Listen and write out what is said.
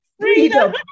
freedom